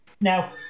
Now